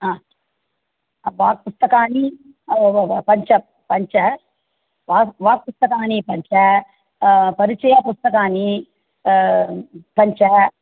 हा बा पुस्तकानि पञ्च पञ्च वा वाग् पुस्तकानि पञ्च परिचयपुस्तकानि पञ्च